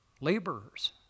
laborers